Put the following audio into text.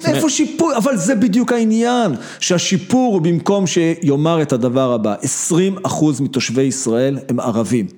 איפה שיפור? אבל זה בדיוק העניין, שהשיפור במקום שיאמר את הדבר הבא, 20 אחוז מתושבי ישראל הם ערבים.